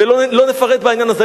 ולא נפרט בעניין הזה,